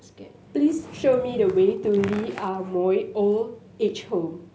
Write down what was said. please show me the way to Lee Ah Mooi Old Age Home